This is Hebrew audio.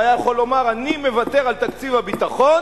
והיה יכול לומר: אני מוותר על תקציב הביטחון,